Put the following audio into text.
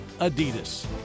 adidas